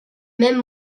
même